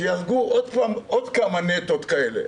שיהרגו עוד כמה "נטות" כאלה.